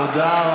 תודה רבה.